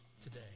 today